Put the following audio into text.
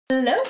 Hello